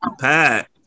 Pat